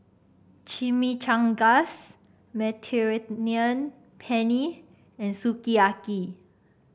Chimichangas Mediterranean Penne and Sukiyaki